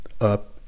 up